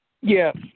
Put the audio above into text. Yes